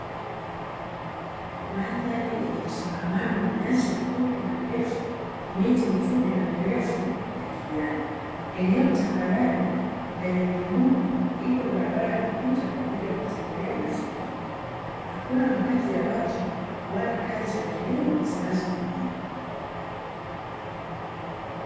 Mandhari yenye msongamano wa nyasi fupi na ndefu, miti mifupi na mirefu ya kijani. Eneo tambarare lenye mwinuko, ipo barabara ya kupita kwa ajili ya kutembelea mazingira. Hakuna makazi ya watu wala kazi za kilimo zinazofanyika.